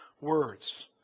words